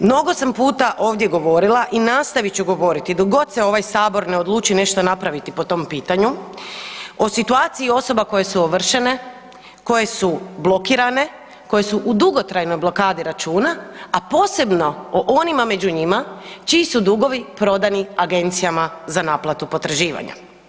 Mnogo sam puta ovdje govorila i nastavit ću govoriti dok god se ovaj Sabor ne odluči nešto napraviti po tom pitanju, o situaciji osoba koje su ovršene, koje su blokirane, koje su u dugotrajnoj blokadi računa, a posebno o onima među njima čiji su dugovi prodani agencijama za naplatu potraživanja.